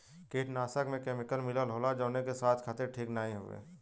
कीटनाशक में केमिकल मिलल होला जौन की स्वास्थ्य खातिर ठीक नाहीं हउवे